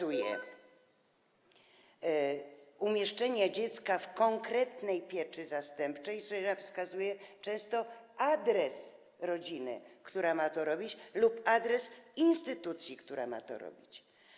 umieszczenie dziecka w konkretnej pieczy zastępczej, czyli wskazuje często adres rodziny, która ma to robić, lub adres instytucji, która ma to robić.